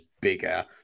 bigger